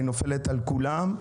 היא נופלת על כולם.